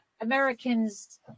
Americans